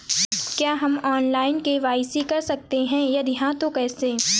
क्या हम online KYC कर सकते हैं यदि हाँ तो कैसे?